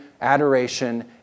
adoration